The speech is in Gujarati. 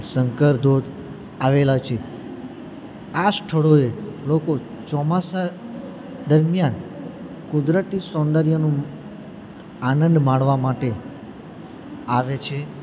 શંકર ધોધ આવેલાં છે આ સ્થળોએ લોકો ચોમાસા દરમ્યાન કુદરતી સૌન્દર્યનું આનંદ માણવા માટે આવે છે